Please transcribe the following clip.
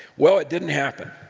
well, it didn't happen.